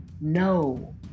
No